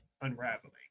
unraveling